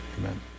amen